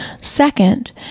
Second